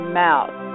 mouth